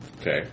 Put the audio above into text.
Okay